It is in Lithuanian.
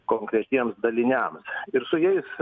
konkretiems daliniams ir su jais